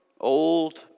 old